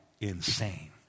insane